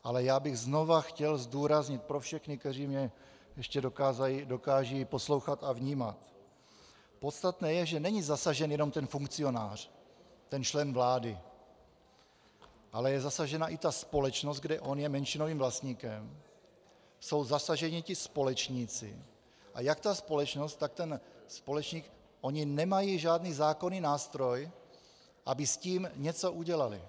Ale já bych chtěl znovu zdůraznit pro všechny, kteří mě ještě dokážou poslouchat a vnímat: Podstatné je, že není zasažen jenom ten funkcionář, ten člen vlády, ale je zasažena i společnost, kde on je menšinovým vlastníkem, jsou zasaženi ti společníci a jak ta společnost, tak ten společník, oni nemají žádný zákonný nástroj, aby s tím něco udělali.